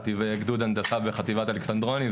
גדוד הנדסה בחטיבת אלכסנדרוני,